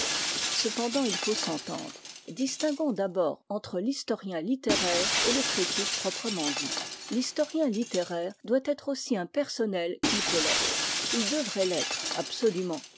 cependant il faut s'entendre distinguons d'abord entre l'historien littéraire et le critique proprement dit l'historien littéraire doit être aussi impersonnel qu'il peut l'être il devrait l'être